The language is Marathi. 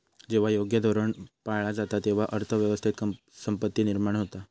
जेव्हा योग्य धोरण पाळला जाता, तेव्हा अर्थ व्यवस्थेत संपत्ती निर्माण होता